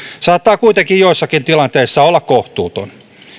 saattaa kuitenkin joissakin tilanteissa olla kohtuuton